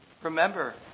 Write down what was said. Remember